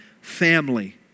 family